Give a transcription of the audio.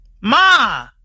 Ma